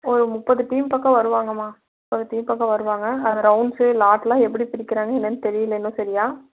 ஒரு முப்பது டீம் பக்கம் வருவாங்கம்மா முப்பது டீம் பக்கம் வருவாங்க அதில் ரவுண்ட்ஸு ஸ்லாட்லாம் எப்படி பிரிக்கிறாங்க என்னென்னு தெரியலை இன்னும் சரியாக